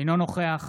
אינו נוכח